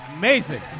amazing